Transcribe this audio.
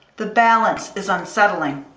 the balance is unsettling.